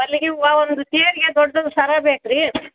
ಮಲ್ಲಿಗೆ ಹೂವು ಒಂದು ತೇರಿಗೆ ದೊಡ್ಡದು ಸರ ಬೇಕು ರೀ